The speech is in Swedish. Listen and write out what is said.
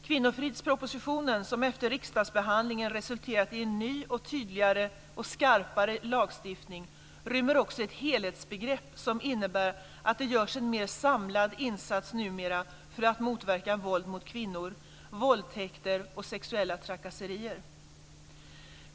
Kvinnofridspropositionen, som efter riksdagsbehandlingen resulterat i en ny, tydligare och skarpare lagstiftning, rymmer också ett helhetsbegrepp som innebär att det numera görs en mer samlad insats för att motverka våld mot kvinnor, våldtäkter och sexuella trakasserier.